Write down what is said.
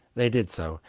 they did so,